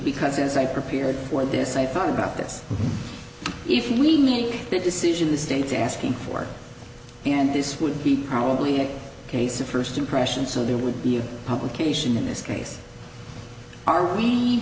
because as i prepared for this i thought about this if we need this decision the state's asking for and this would be probably a case of first impression so there would be a complication in this case are we